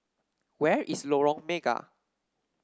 where is Lorong Mega